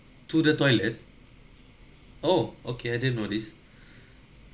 to the toilet oh okay I didn't notice